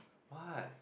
what